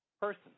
person